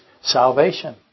salvation